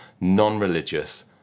non-religious